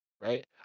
right